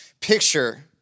picture